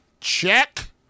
Check